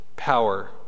Power